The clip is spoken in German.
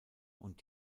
und